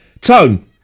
Tone